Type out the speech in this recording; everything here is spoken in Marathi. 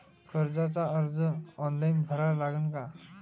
कर्जाचा अर्ज ऑनलाईन भरा लागन का?